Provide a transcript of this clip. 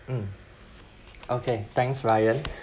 mm okay thanks ryan